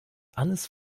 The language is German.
alles